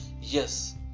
yes